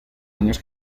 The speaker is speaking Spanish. años